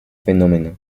fenómeno